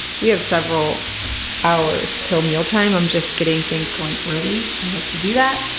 we have several hours til meal time. i'm just getting things going early. i like to do that.